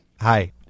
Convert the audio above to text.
Hi